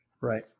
Right